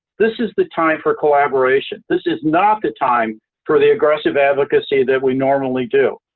this is the time for collaboration. this is not the time for the aggressive advocacy that we normally do.